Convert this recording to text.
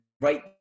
right